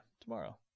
tomorrow